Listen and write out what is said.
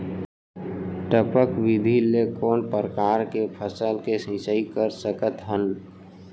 टपक विधि ले कोन परकार के फसल के सिंचाई कर सकत हन?